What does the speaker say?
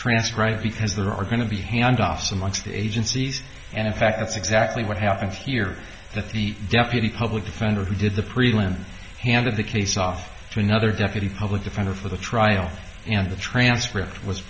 transcribed because there are going to be handoffs amongst agencies and in fact that's exactly what happened here that the deputy public defender who did the prelim handed the case off to another deputy public defender for the trial and the transcript was